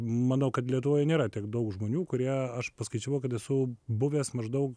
manau kad lietuvoje nėra tiek daug žmonių kurie aš paskaičiavau kad esu buvęs maždaug